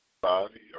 body